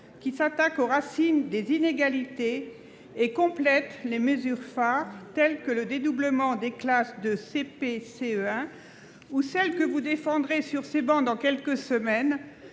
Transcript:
qui s'attaquent aux racines des inégalités et complètent les mesures phares que sont le dédoublement des classes de CP et de CE1 ou celles que vous défendrez sur ce banc dans quelques semaines